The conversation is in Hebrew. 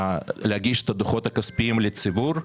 להגיש את הדוחות הכספיים לציבור.